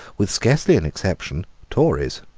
with scarcely an exception, tories.